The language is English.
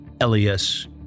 Elias